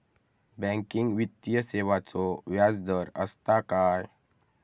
Banking वित्तीय सेवाचो व्याजदर असता काय?